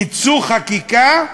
יצוא חקיקה: